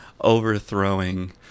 overthrowing